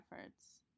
efforts